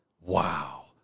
Wow